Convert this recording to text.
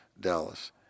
Dallas